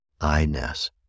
I-ness